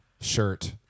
shirt